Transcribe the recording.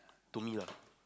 to me lah